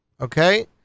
Okay